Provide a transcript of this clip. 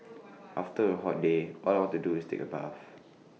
after A hot day all I want to do is take A bath